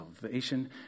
salvation